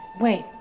Wait